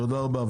תודה רבה.